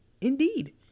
indeed